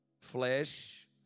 Flesh